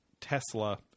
Tesla